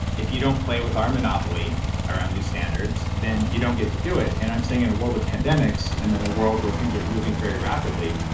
if you don't play with our monopoly around these standards, then you don't get to do it. and i'm saying in a world of pandemics and in a world where things are moving very rapidly,